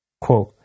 Quote